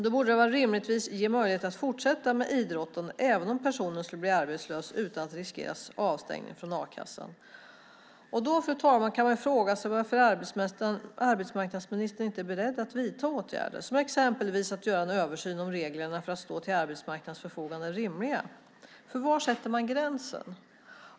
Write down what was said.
Man borde rimligtvis ge dem möjlighet att fortsätta med idrotten även om personen skulle bli arbetslös utan att riskera avstängning från a-kassan. Fru talman! Man kan fråga sig varför arbetsmarknadsministern inte är beredd att vidta åtgärder, exempelvis att göra en översyn om huruvida reglerna för att stå till arbetsmarknadens förfogande är rimliga. Var drar man gränsen?